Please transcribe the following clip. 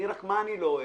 רק מה אני לא אוהב?